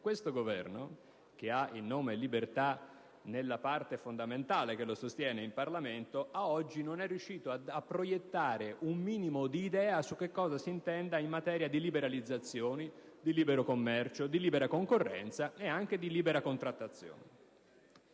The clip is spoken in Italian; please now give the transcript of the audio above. Questo Governo, che ha la parola libertà nel nome della parte politica fondamentale che lo sostiene in Parlamento, ad oggi, non è riuscito a proiettare un minimo di idea su che cosa si intenda fare in materia di liberalizzazioni, di libero commercio, di libera concorrenza e anche di libera contrattazione.